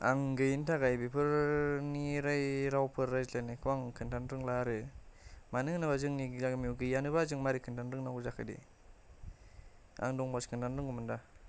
आं गैयिनि थाखाय बेफोरनि राय रावफोर रायज्लायनायखौ आं खोन्थानो रोंला आरो मानो होनोबा जोंनि गामियाव गैयानोबा जों मारै खोन्थानो रोंनांगौ जाखो दे आं दंबासो खोन्थानो रोंगौमोन दा